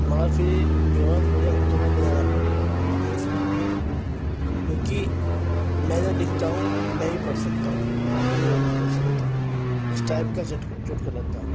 مگر فر جو ہے مجھے تمہیں لے جانا پڑے گا اپنے ساتھ کیونکہ میں جو لکھتا ہوں میں ہی پرھ سکتا ہوں کوئی اور نہیں پڑھ سکتا اس ٹائپ کا چٹکو چٹکلا تھا